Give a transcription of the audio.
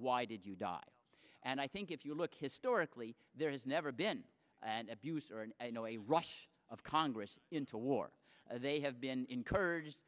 why did you die and i think if you look historically there has never been an abuser and no a rush of congress into war they have been encouraged